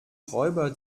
räuber